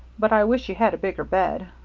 but i wish you had a bigger bed.